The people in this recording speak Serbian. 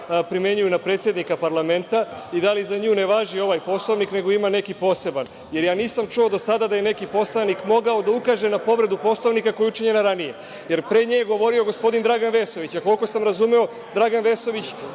primenjuju na predsednika parlamenta i da li za nju ne važi ovaj Poslovnik, nego ima neki poseban? Jer, ja nisam čuo do sada da je neki poslanik mogao da ukaže na povredu Poslovnika koja je učinjena ranije. Pre nje je govorio gospodin Dragan Vesović, a koliko sam razumeo, Dragan Vesović